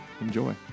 enjoy